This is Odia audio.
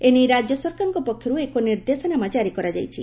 ଏ ନେଇ ରାଜ୍ୟ ସରକାରଙ୍କ ପକ୍ଷରୁ ଏକ ନିର୍ଦ୍ଦେଶନାମା ଜାରି କରାଯାଇଛି